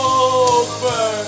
over